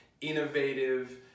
innovative